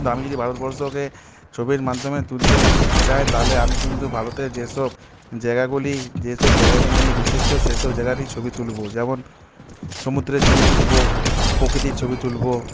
আমি যদি ভারতবর্ষকে ছবির মাধ্যমে তুলতে চাই তাহলে আমি কিন্তু ভারতে যেসব জায়গাগুলি যেসব জায়গাকে নিয়ে বিশিষ্ট সেসব জায়গারই ছবি তুলব যেমন সমুদ্রের ছবি তুলব প্রকৃতির ছবি তুলব